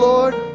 Lord